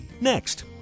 Next